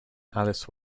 alice